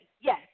Yes